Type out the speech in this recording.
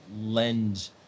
lend